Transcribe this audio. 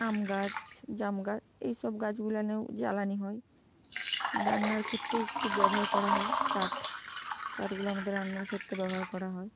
আম গাছ জাম গাছ এই সব গাছগুলোতেও জ্বালানি হয় রান্নার ক্ষেত্রেও খুব ব্যবহার করা হয় কাঠ কাঠগুলো আমাদের রান্নার ক্ষেত্রে ব্যবহার করা হয়